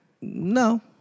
No